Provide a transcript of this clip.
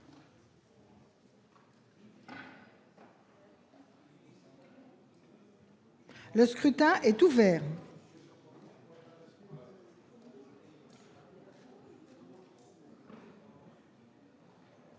Le scrutin est ouvert.